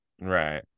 Right